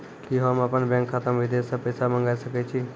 कि होम अपन बैंक खाता मे विदेश से पैसा मंगाय सकै छी?